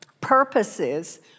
purposes